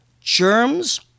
Germs